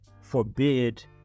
forbid